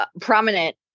prominent